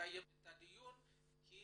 אקיים את הדיון כי